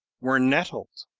were nettled,